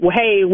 hey